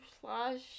slash